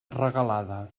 regalada